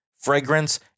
fragrance